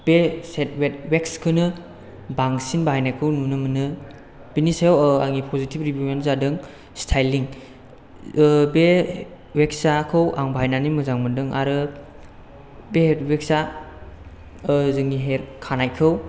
बे set wet wax खौनो बांसिन बाहायनायखौ नुनो मोनो बिनि सायाव आंनि पजिटिभ रिभिउ आनो जादों स्टाइलिं बे वेक्स खौ आं बाहायनानै मोजां मोन्दों आरो बे वेक्स आ जोंनि हेयार खानायखौ